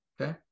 Okay